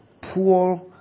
poor